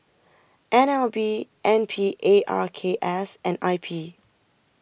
N L B N P A R K S and I P